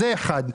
זה דבר אחד.